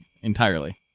Entirely